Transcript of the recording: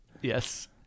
Yes